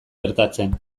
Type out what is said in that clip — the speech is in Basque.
gertatzen